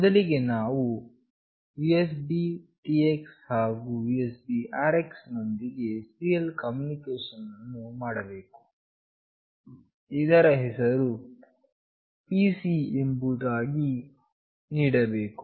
ಮೊದಲಿಗೆ ನಾವು USBTX ಹಾಗು USBRX ನೊಂದಿಗೆ ಸೀರಿಯಲ್ ಕಮ್ಯುನಿಕೇಶನ್ ಅನ್ನು ಮಾಡಬೇಕು ಇದರ ಹೆಸರು ಪಿಸಿ ಎಂಬುದಾಗಿ ನೀಡಬೇಕು